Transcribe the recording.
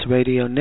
Radio